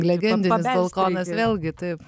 legendininis balkonas vėlgi taip